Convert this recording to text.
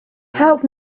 help